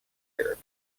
secured